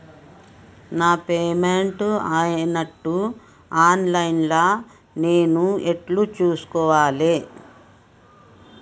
నా పేమెంట్ అయినట్టు online లా నేను ఎట్ల చూస్కోవాలే?